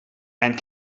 and